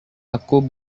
aku